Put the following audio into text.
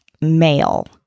male